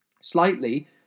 slightly